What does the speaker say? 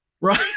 Right